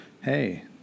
hey